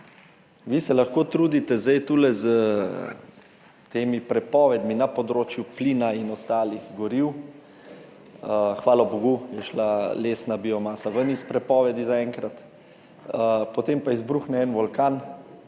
Vi se lahko trudite zdaj tu s temi prepovedmi na področju plina in ostalih goriv, hvala bogu je šla lesna biomasa zaenkrat ven iz prepovedi, potem pa izbruhne en vulkan